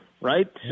right